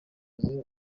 nzozi